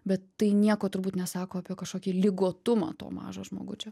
bet tai nieko turbūt nesako apie kažkokį ligotumą to mažo žmogučio